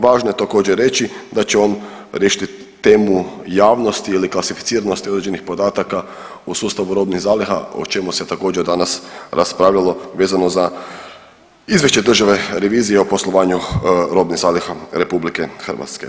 Važno je također reći, da će on riješiti temu javnosti ili klasificiranosti određenih podataka u sustavu robnih zaliha o čemu se također danas raspravljalo vezano za Izvješće državne revizije o poslovanju robnih zaliha RH.